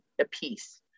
apiece